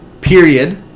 period